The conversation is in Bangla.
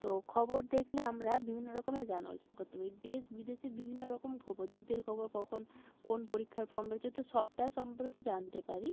তো খবর দেখলে আমরা বিভিন্ন রকমের জ্ঞান অর্জন করতে পারি দেশ বিদেশে বিভিন্ন রকম যুদ্ধের খবর কখন কোন পরীক্ষার ফর্ম বেরোচ্ছে তো সবটা সম্পর্কে জানতে পারি